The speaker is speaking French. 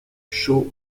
chaud